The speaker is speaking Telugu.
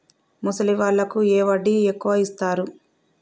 ముసలి వాళ్ళకు ఏ వడ్డీ ఎక్కువ ఇస్తారు?